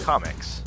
Comics